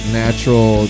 natural